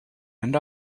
and